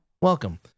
welcome